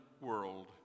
world